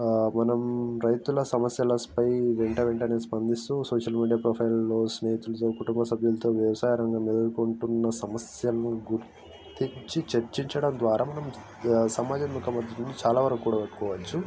మనం రైతుల సమస్యలపై వెంట వెంటనే స్పందిస్తూ సోషల్ మీడియా ప్రొఫైల్లో స్నేహితులతో కుటుంబ సభ్యులతో వ్యవసాయ రంగం ఎదుర్కొంటున్న సమస్యలను గుర్తించి చర్చించడం ద్వారా మనం సమాజం యొక్క మద్దతును చాలావరకు కూడా కూడగట్టుకోవచ్చు